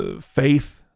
faith